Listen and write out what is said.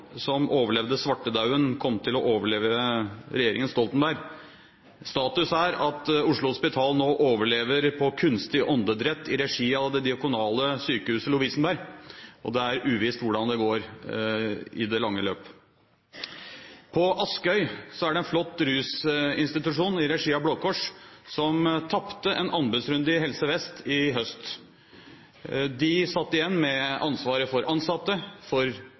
som overlevde svartedauden, kom til å overleve regjeringen Stoltenberg. Status er at Oslo Hospital nå overlever på kunstig åndedrett i regi av det diakonale sykehuset Lovisenberg, og det er uvisst hvordan det går i det lange løp. På Askøy er det en flott rusinstitusjon i regi av Blå Kors, som tapte en anbudsrunde i Helse Vest i høst. De satt igjen med ansvaret for ansatte, for